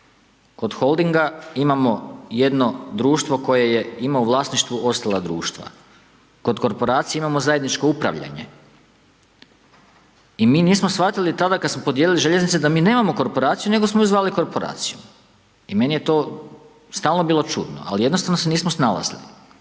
Kod holdinga imamo jedno društvo koje je imao u vlasništvu ostala društva, kod korporacije imamo zajedničko upravljanje i mi nismo shvatili tada kada smo podijelili željeznice da mi nemamo korporaciju nego ju zvali korporacijom. I meni je to stalno bilo čudno, ali jednostavno se nismo snalazili.